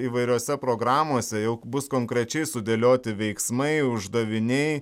įvairiose programose jau bus konkrečiai sudėlioti veiksmai uždaviniai